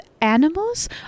animals